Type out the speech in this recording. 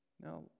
Now